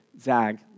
zag